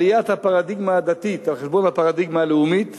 עליית הפרדיגמה הדתית על חשבון הפרדיגמה הלאומית